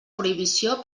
prohibició